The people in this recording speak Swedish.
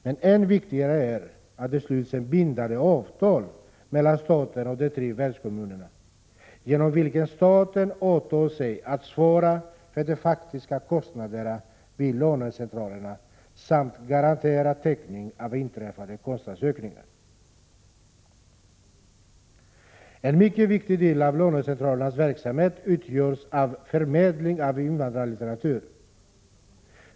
Men än viktigare är att det sluts ett bindande avtal mellan staten och de tre värdkommunerna genom vilket staten åtar sig att svara för de faktiska kostnaderna vid lånecentralerna samt garanterar täckning av inträffade kostnadsökningar. En mycket viktig del av lånecentralernas verksamhet utgörs av förmedling av invandrarlitteratur.